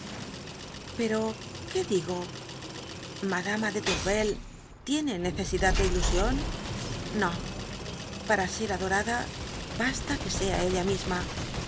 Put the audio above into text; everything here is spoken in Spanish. pero qué digo madama de tourvel tiene necesidad de ilusión no para ser adorada basta que sea ella misma